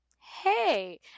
hey